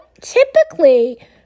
typically